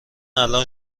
الان